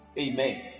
Amen